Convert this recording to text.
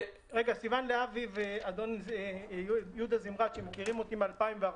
-- סיוון להבי ואדון יהודה זמרת שמכירים אותי מ-2014,